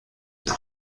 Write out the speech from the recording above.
dans